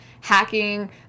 hacking